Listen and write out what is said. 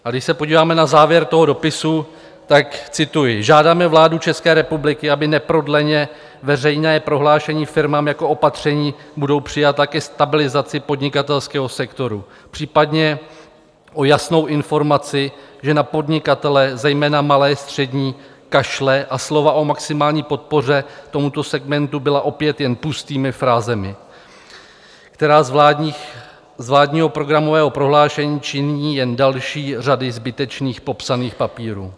A když se podíváme na závěr toho dopisu, tak cituji: Žádáme vládu České republiky o neprodlené veřejné prohlášení firmám, jaká opatření budou přijata ke stabilizaci podnikatelského sektoru, případně o jasnou informaci, že na podnikatele, zejména malé a střední, kašle a slova o maximální podpoře tomuto segmentu byla opět jen pustými frázemi, která z vládního programového prohlášení činí jen další z řady zbytečných popsaných papírů.